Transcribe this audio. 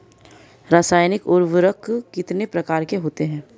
रासायनिक उर्वरक कितने प्रकार के होते हैं?